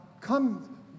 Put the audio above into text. come